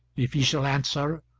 if he shall answer,